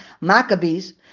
maccabees